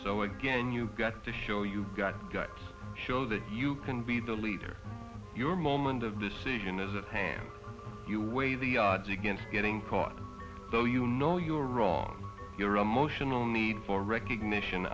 so again you've got to show you've got guts show that you can be the leader your moment of decision is at hand you weigh the odds against getting caught though you know you're wrong your emotional need for recognition